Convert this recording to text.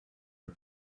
are